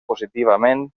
positivament